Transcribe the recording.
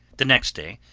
the next day,